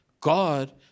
God